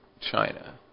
China